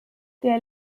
der